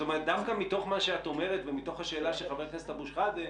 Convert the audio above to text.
דווקא מתוך מה שאת אומרת ומתוך השאלה של ח"כ אבו שחאדה,